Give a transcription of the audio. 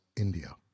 India